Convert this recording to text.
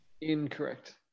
Incorrect